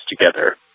together